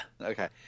okay